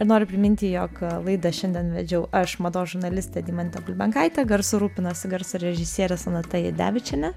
ir noriu priminti jog laidą šiandien vedžiau aš mados žurnalistė deimantė bulbenkaitė garsu rūpinosi garso režisierė sonata jadevičienė